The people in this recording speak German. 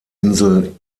insel